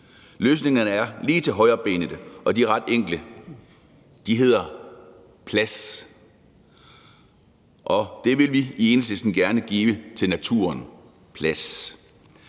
Løsningerne er lige til højrebenet, og de er ret enkle. De hedder: plads. Og det vil vi i Enhedslisten gerne give til naturen, altså